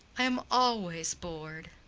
i am always bored.